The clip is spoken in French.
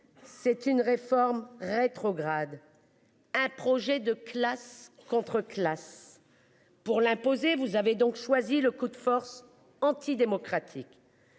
C'est une réforme rétrograde. Un projet de classe contre classe. Pour l'imposer. Vous avez donc choisi le coup de force anti-démocratique.